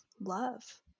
love